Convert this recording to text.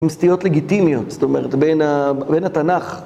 המסטיות לגיטימיות, זאת אומרת, בין התנ״ך.